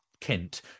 kent